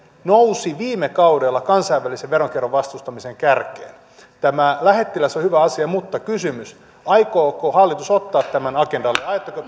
nousi viime kaudella kansainvälisen veronkierron vastustamisen kärkeen tämä lähettiläs on hyvä asia mutta tässä kysymys aikooko hallitus ottaa tämän agendalle aiotteko